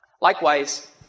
Likewise